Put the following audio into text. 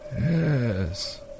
Yes